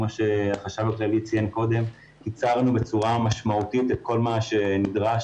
כמו שהחשב הכללי ציין קודם קיצרנו ניכרת את כל מה שנדרש,